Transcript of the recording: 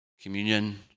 communion